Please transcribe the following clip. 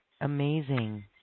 amazing